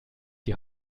die